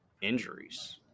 injuries